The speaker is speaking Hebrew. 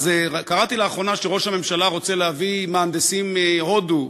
קראתי לאחרונה שראש הממשלה רוצה להביא מהנדסים מהודו,